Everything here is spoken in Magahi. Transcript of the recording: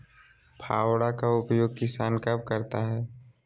फावड़ा का उपयोग किसान कब करता है?